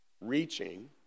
reaching